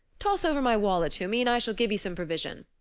toss over my wallet to me and i shall give you some provision.